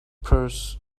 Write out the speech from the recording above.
purse